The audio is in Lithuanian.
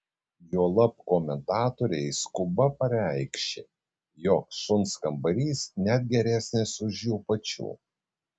juolab komentatoriai skuba pareikši jog šuns kambarys net geresnis už jų pačių